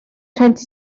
rhentu